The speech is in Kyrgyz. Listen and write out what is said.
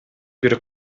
бир